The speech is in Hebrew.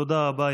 תודה רבה.